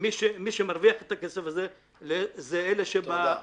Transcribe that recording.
מי שמרוויח את הכסף הם אלה שבאמצע.